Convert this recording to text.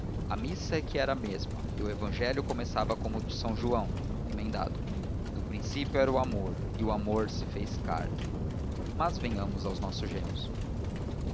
a missa é que era a mesma e o evangelho começava como o de são joão emendado no princípio era o amor e o amor se fez carne mas venhamos aos nossos gêmeos